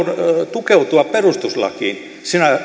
tukeutua perustuslakiin siinä